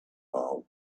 are